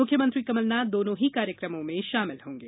मुख्यमंत्री कमलनाथ दोनों ही कार्यक्रमों में शामिल होंगे